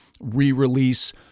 re-release